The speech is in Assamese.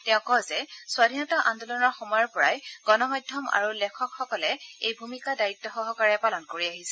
তেওঁ কয় যে স্বধীনতা আন্দোলনৰ সময়ৰ পৰাই গণমাধ্যম আৰু লেখকসকলে এই ভূমিকা দায়িত্ব সহকাৰে পালন কৰি আহিছে